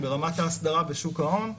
ברמת ההסדרה בשוק ההון,